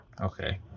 okay